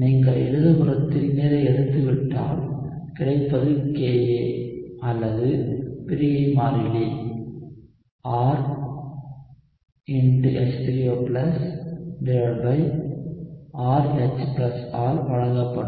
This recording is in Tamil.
நீங்கள் இடதுபுறத்தில் நீரை எடுத்து விட்டால் கிடைப்பது Ka அல்லது பிரிகை மாறிலி RH3O RH ஆல் வழங்கப்படும்